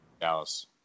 Dallas